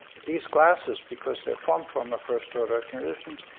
these glasses, because they're formed from a first order transitions,